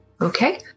Okay